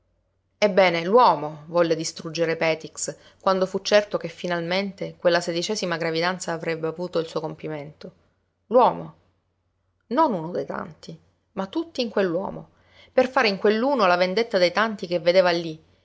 ebbene l'uomo volle distruggere petix quando fu certo che finalmente quella sedicesima gravidanza avrebbe avuto il suo compimento l'uomo non uno dei tanti ma tutti in quell'uomo per fare in quell'uno la vendetta dei tanti che vedeva lí